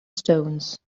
stones